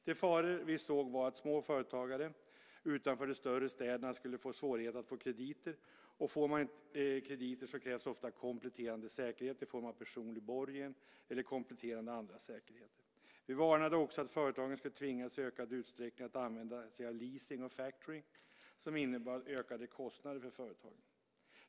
De faror vi såg var att små företagare utanför de större städerna skulle få svårigheter att få krediter, och får man krediter krävs ofta kompletterande säkerhet i form av personlig borgen eller andra kompletterande säkerheter. Vi varnade också för att företagen skulle tvingas att i ökad utsträckning använda sig av leasing och factoring som innebar ökade kostnader för företagen.